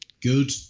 good